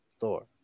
Thor